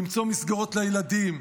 למצוא מסגרות לילדים,